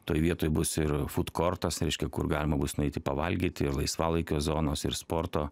toj vietoj bus ir futkortos reiškia kur galima bus nueiti pavalgyti ir laisvalaikio zonos ir sporto